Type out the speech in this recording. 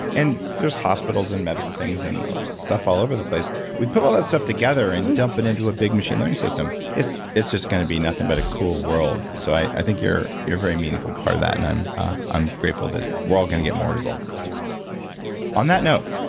and there's hospitals and medical things and stuff all over the place. we put all that stuff together and dump it into a big machine learning system. it's it's just going to be nothing but a cool world. so i think you're a very meaningful part of that and i'm i'm grateful that we're all going to get more results this way on that note,